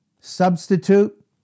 Substitute